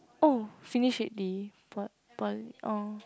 oh finish already pol~ poly orh